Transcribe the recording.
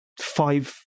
five